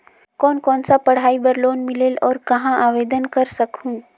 कोन कोन सा पढ़ाई बर लोन मिलेल और कहाँ आवेदन कर सकहुं?